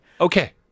Okay